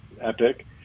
epic